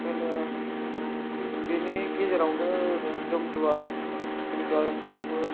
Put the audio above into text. ओंखायनो बिनि गेजेरावनो ओरै जमदुवार जमदुवार ओनसोलावबो